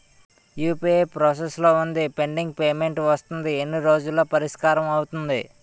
UPI process లో వుంది pending payment వస్తుంది ఎన్ని రోజుల్లో పరిష్కారం అవుతుంది